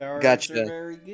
Gotcha